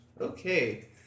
Okay